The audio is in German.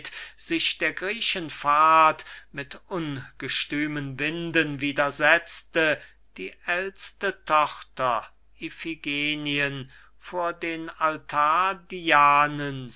sich der griechen fahrt mit ungstümen winden widersetzte die ält'ste tochter iphigenien vor den